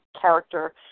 character